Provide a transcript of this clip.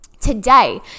today